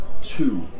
two